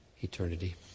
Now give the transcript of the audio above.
eternity